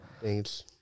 Thanks